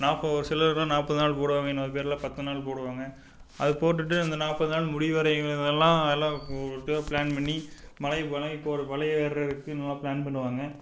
நாற்பது ஒரு சிலர்லாம் நாற்பது நாள் போடுவாங்கள் இன்னொர் பேர்லாம் பத்து நாள் போடுவாங்கள் அது போட்டுகிட்டு அந்த நாற்பது நாள் முடியும்வரை எல்லாம் எல்லாம் போட்டு பிளான் பண்ணி மலைக்கு போகலாம் இப்போ ஒரு பழைய பிளான் பண்ணுவாங்க